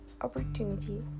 opportunity